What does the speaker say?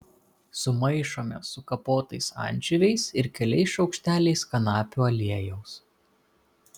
sumaišome su kapotais ančiuviais ir keliais šaukšteliais kanapių aliejaus